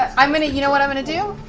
i mean you know what i'm going to do?